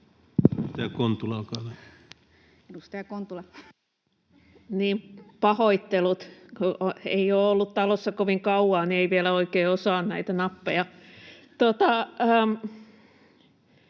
Content: Niin, pahoittelut. Kun ei ole ollut talossa kovin kauaa, niin ei vielä oikein osaa näitä nappeja.